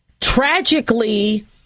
tragically